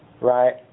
Right